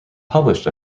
published